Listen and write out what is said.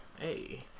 Hey